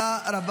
עם ישראל ינצח.